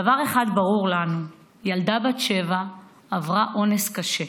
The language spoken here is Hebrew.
דבר אחד ברור לנו: ילדה בת שבע עברה אונס קשה,